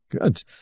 good